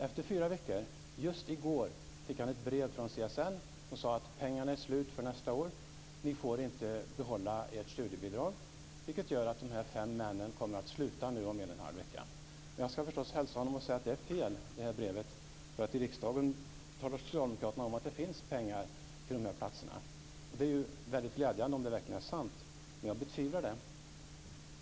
Efter fyra veckor, just i går, fick han ett brev från CSN, som sade att pengarna var slut för nästa år och att han inte får behålla sitt studiebidrag. Det gör att de här fem männen nu kommer att sluta om en och en halv vecka. Jag kommer förstås att hälsa till honom och säga att det som står i brevet är fel, därför att i riksdagen talar socialdemokraterna om att det finns pengar till dessa platser. Det är väldigt glädjande om det verkligen är sant, men jag betvivlar det.